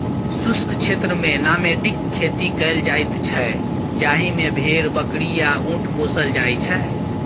शुष्क क्षेत्रमे नामेडिक खेती कएल जाइत छै जाहि मे भेड़, बकरी आ उँट पोसल जाइ छै